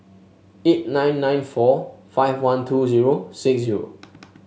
eight nine nine four five one two zero six zero